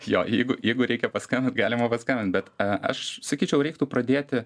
jo jeigu jeigu reikia paskambint galima paskambint bet aš sakyčiau reiktų pradėti